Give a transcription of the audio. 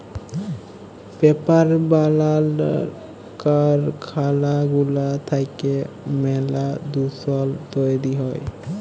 paper বালালর কারখালা গুলা থ্যাইকে ম্যালা দুষল তৈরি হ্যয়